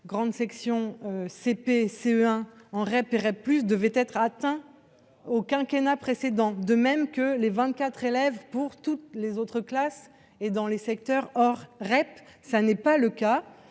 grande section, CP, CE1. En rai plus devait être atteint au quinquennat précédent, de même que les 24 élèves pour toutes les autres classes et dans les secteurs or REP, ça n'est pas le cas,